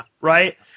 Right